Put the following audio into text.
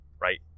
right